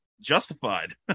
justified